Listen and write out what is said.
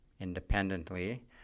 independently